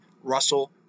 Russell